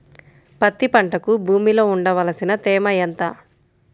పత్తి పంటకు భూమిలో ఉండవలసిన తేమ ఎంత?